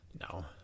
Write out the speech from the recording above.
No